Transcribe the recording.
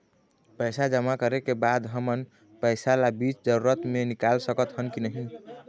पैसा जमा करे के बाद हमन पैसा ला बीच जरूरत मे निकाल सकत हन की नहीं?